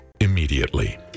immediately